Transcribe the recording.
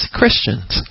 Christians